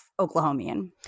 Oklahomian